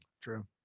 True